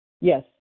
Yes